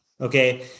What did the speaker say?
okay